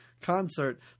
concert